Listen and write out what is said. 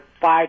five